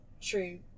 true